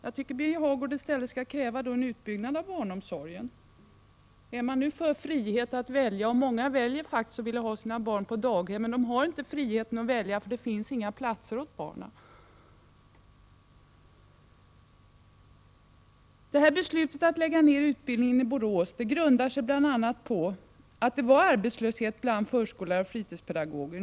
Jag tycker att Birger Hagård i stället skall kräva en utbyggnad av barnomsorgen. Man talar ju om att man är för frihet att välja — och många väljer faktiskt att vilja ha sina barn på daghem, men de har inte frihet att välja, för det finns inga platser åt barnen. Beslutet att lägga ned utbildningen i Borås grundade sig bl.a. på att det var arbetslöshet bland förskollärare och fritidspedagoger.